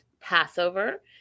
Passover